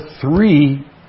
three